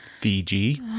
Fiji